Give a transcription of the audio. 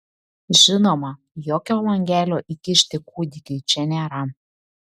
žinoma jokio langelio įkišti kūdikiui čia nėra